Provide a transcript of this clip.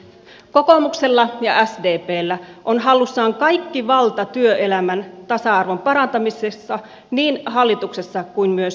kokoomuksella ja sdpllä on hallussaan kaikki valta työelämän tasa arvon parantamisessa niin hallituksessa kuin myös työmarkkinajärjestöissä